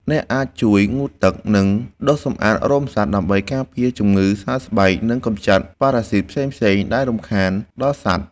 អ្នកអាចជួយងូតទឹក និងដុសសម្អាតរោមសត្វ ដើម្បីការពារជំងឺសើស្បែក និងកម្ចាត់ប៉ារ៉ាស៊ីតផ្សេងៗដែលរំខានដល់សត្វ។